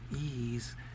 ease